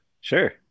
Sure